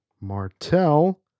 Martell